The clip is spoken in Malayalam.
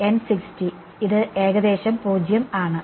N 60 ഇത് ഏകദേശം 0 ആണ്